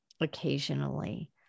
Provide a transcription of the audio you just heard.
occasionally